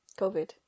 COVID